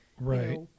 right